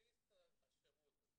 בסיס השירות הזה